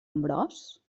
ambròs